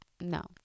no